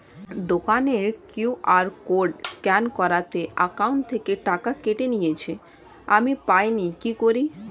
দোকানের QR code scan করাতে account থেকে টাকা কেটে নিয়েছে, আমি পাইনি কি করি?